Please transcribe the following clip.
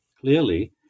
clearly